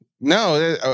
no